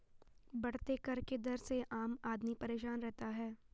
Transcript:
बढ़ते कर के दर से आम आदमी परेशान रहता है